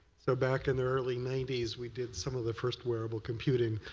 so back in the early ninety we did some of the first wearable computing,